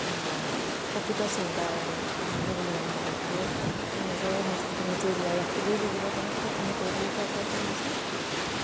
প্ৰকৃত চিন্তাৰ মানুহ বুলি মই ভাবোঁ আৰু নিজৰ সংস্কৃতিক নিজে জীয়াই ৰাখিবই লাগিব তেনেক্ষেত্ৰত আমি কৰিবলগীয়া এটাই কাম আছে